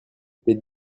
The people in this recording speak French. les